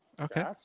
Okay